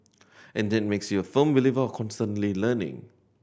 and that makes you a firm believer of constantly learning